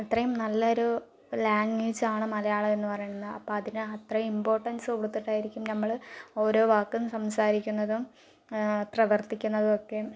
അത്രയും നല്ല ഒരു ലാംഗ്വേജാണ് മലയാളം എന്ന് പറയണത് അപ്പോൾ അതിന് അത്രയും ഇംപോർട്ടൻസ് കൊടുത്തിട്ടായിരിക്കും നമ്മള് ഒരോ വാക്കും സംസാരിക്കുന്നതും പ്രവർത്തിക്കുന്നതും ഒക്കെ